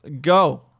Go